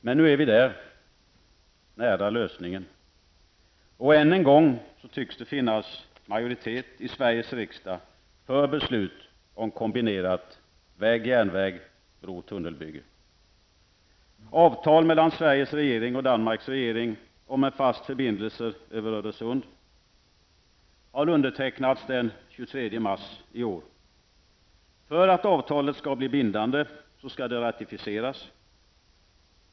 Men nu är vi där, nära lösningen. Och än en gång tycks det finnas majoritet i Sveriges riksdag för beslut om en kombination med väg--järnväg och bro--tunnelbygge. Avtal mellan Sveriges regering och Danmarks regering om en fast förbindelse över Öresund undertecknades den 23 mars i år. För att avtalet skall bli bindande skall det ratificeras.